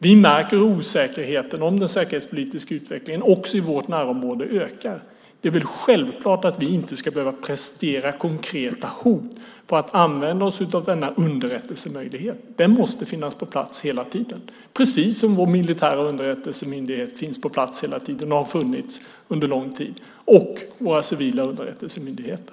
Vi märker om osäkerheten om den säkerhetspolitiska utvecklingen också i vårt närområde ökar. Det är väl självklart att vi inte ska behöva presentera konkreta hot för att använda oss av denna underrättelsemöjlighet. Den måste finnas på plats hela tiden, precis som vår militära underrättelsemyndighet finns på plats och har funnits på plats under lång tid, och våra civila underrättelsemyndigheter.